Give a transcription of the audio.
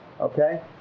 okay